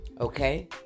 Okay